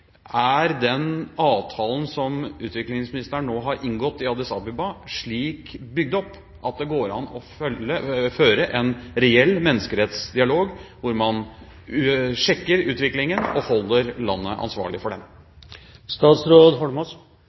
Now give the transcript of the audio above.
Er den avtalen som utviklingsministeren nå har inngått i Addis Abeba, slik bygd opp at det går an å føre en reell menneskerettsdialog hvor man sjekker utviklingen og holder landet ansvarlig for